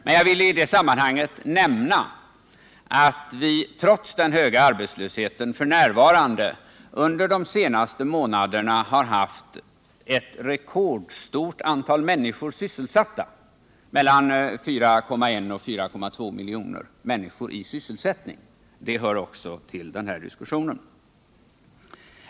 Men jag vill i det sammanhanget nämna att vi — trots den f.n. höga arbetslösheten — under de senaste månaderna har haft ett rekordstort antal människor sysselsatta: mellan 4,1 och 4,2 miljoner människor i sysselsättning.